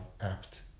apt